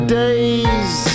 days